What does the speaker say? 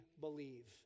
believe